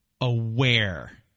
aware